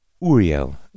Uriel